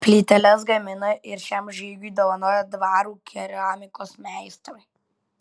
plyteles gamina ir šiam žygiui dovanoja dvarų keramikos meistrai